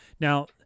Now